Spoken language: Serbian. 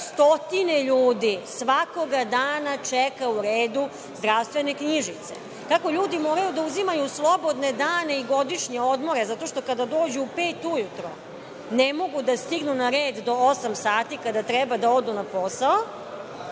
stotine ljudi svakoga dana čeka u redu zdravstvene knjižice, kako ljudi moraju da uzimaju slobodne dane i godišnje odmore zato što kada dođu u pet ujutru ne mogu da stignu na red do osam sati kada treba da odu na posao.